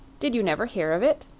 did you never hear of it?